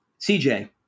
cj